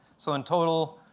so in total,